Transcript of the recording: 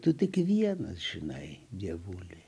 tu tik vienas žinai dievuliui